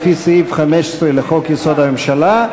לפי סעיף 15 לחוק-יסוד: הממשלה,